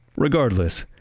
regardless,